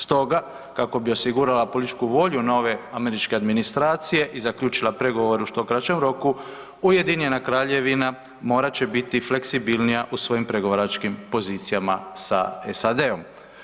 Stoga kako bi osigurala političku volju nove američke administracije i zaključila pregovore u što kraćem roku Ujedinjena Kraljevina morat će biti fleksibilnija u svojim pregovaračkim pozicijama sa SAD-om.